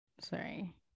sorry